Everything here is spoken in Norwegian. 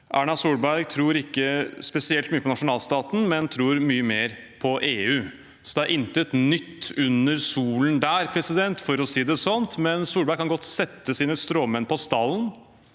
Erna Solberg tror ikke spesielt mye på nasjonalstaten, men hun tror mye mer på EU. Det er intet nytt under solen der, for å si det sånn. Solberg kan godt sette sine stråmenn på stallen.